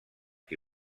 qui